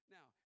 Now